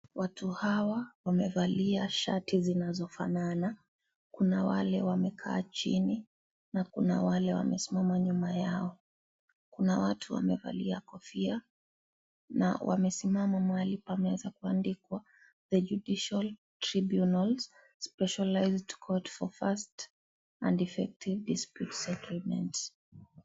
Watu hawa wamevalia shati zilazofanana, kuna wale wamekaa chini, na kuna wale wamesimama nyuma yao, na watu wamevalia kofia, na wamesimama mahali pameweza kuandikwa {cs} The Judiciary Tribunals, specialized court for faster and effective dispute settlement {cs}.